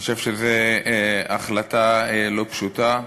אני חושב שזאת החלטה לא פשוטה.